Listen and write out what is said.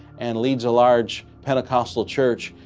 and leads a large pentecostal church,